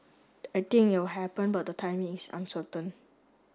I think it will happen but the timing is uncertain